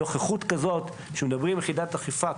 נוכחות כזאת כשמדברים על יחידת אכיפה,